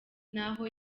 n’aho